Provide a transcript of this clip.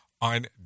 on